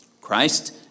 Christ